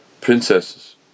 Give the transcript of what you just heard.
princesses